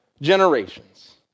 generations